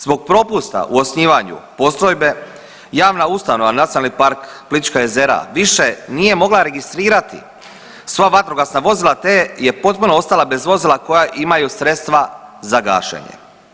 Zbog propusta u osnivanju postrojbe javna ustanova NP Plitvička jezera više nije mogla registrirati sva vatrogasna vozila te je potpuno ostala bez vozila koja imaju sredstva za gašenje.